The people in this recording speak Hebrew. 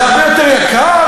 זה הרבה יותר יקר,